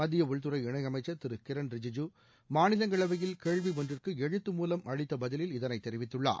மத்திய உள்துறை இணையமைச்சர் திரு கிரண் ரிஜிஐூ மாநிலங்களவையில் கேள்வி ஒன்றுக்கு எழுத்து மூலம் அளித்த பதிலில் இதைத் தெரிவித்துள்ளார்